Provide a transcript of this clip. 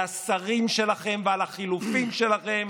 על השרים שלכם ועל החילופים שלכם,